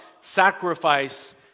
sacrifice